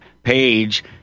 page